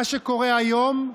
מה שקורה היום,